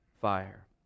fire